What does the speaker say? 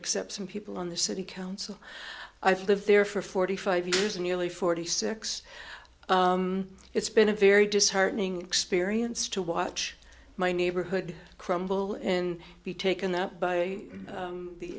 except some people on the city council i've lived there for forty five years nearly forty six it's been a very disheartening experience to watch my neighborhood crumble in be taken up by